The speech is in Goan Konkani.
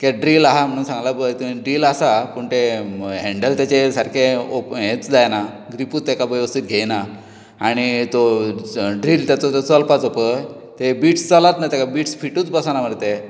के ड्रिल आहा म्हणून सांगला पळय ते ड्रिल आसा पूण ते हेंडल तेजे सारके ओ हेच जायना ग्रीपूय तेका वेवस्थीत घेना आणी तो ड्रिल ताचो जो चलपाचो पय ते बिट्स चलच ना बिट्स फिटूच बसना मरे ते